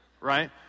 right